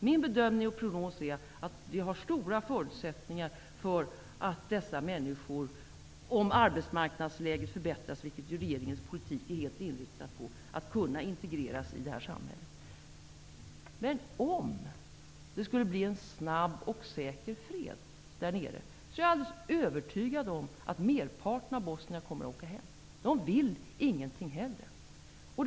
Min bedömning är att de har stora möjligheter att integreras i det här samhället, om arbetsmarknadsläget förbättras, något som regeringens politik är inriktad på. Men om det skulle bli en snabb och säker fred där nere, är jag övertygad om att merparten av bosnierna kommer att åka tillbaka. De vill ingenting hellre.